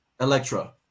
Electra